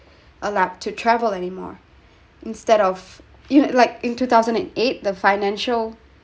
allowed to travel anymore instead of you like in two thousand and eight the financial